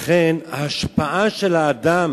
לכן, ההשפעה של האדם